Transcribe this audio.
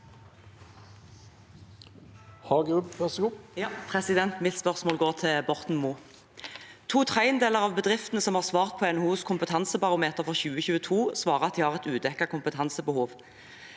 To tredjedeler av bedriftene som har svart på NHOs kompetansebarometer for 2022, svarer at de har et udekket kompetansebehov.